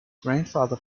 grandfather